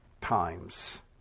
times